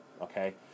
okay